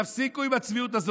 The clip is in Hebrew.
תפסיקו עם הצביעות הזו.